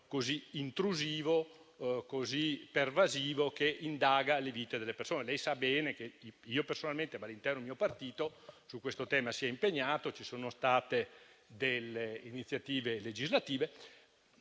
così intrusivo e pervasivo che indaga le vite delle persone. Lei, Ministro, sa bene che io personalmente e l'intero mio partito su questo tema ci siamo impegnati e vi sono state delle iniziative legislative.